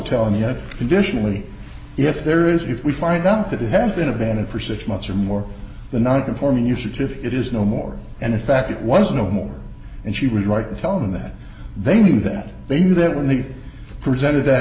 telling the conditionally if there is if we find out that it hasn't been abandoned for six months or more the non conforming your certificate is no more and in fact it was no more and she was right to tell him that they knew that they knew that when they presented that